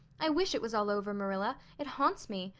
i wish it was all over, marilla. it haunts me.